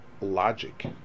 logic